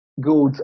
good